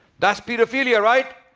that's pedophilia. right?